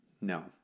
No